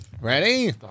Ready